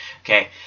Okay